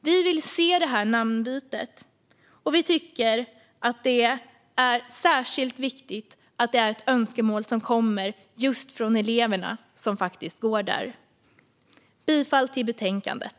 Vi vill se namnbytet och tycker att det är särskilt viktigt att detta är ett önskemål som kommer från just de elever som går där. Jag yrkar bifall till utskottets förslag i betänkandet.